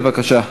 בבקשה.